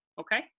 Okay